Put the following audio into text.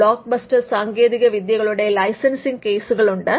blockbuster സാങ്കേതികവിദ്യകളുടെ licensing കേസുകൾ ഉണ്ട്